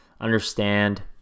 understand